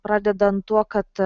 pradedant tuo kad